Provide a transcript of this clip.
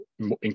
more